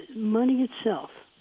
money itself,